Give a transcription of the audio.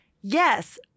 yes